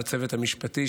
לצוות המשפטי,